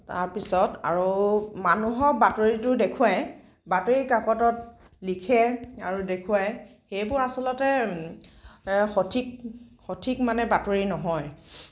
তাৰ পিছত আৰু মানুহক বাতৰিটো দেখুৱাই বাতৰি কাকতত লিখে আৰু দেখুৱাই সেইবোৰ আচলতে সঠিক সঠিক মানে বাতৰি নহয়